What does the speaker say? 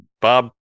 Bob